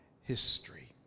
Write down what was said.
history